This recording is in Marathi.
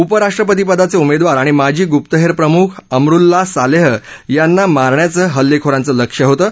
उप्राष्ट्रपतीपदाचे उमेदवार आणि माजी गुप्तहेर प्रमुख अमरुल्ला सालेह यांना मारण्याचं हल्लेखोरांचं लक्ष्य होतं